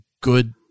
good